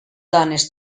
dones